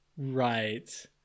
Right